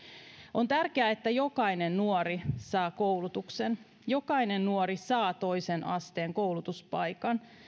on tärkeää että jokainen nuori saa koulutuksen että jokainen nuori saa toisen asteen koulutuspaikan